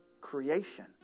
creation